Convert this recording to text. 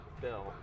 bill